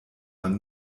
man